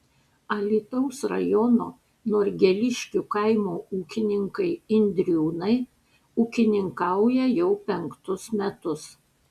alytaus rajono norgeliškių kaimo ūkininkai indriūnai ūkininkauja jau penktus metus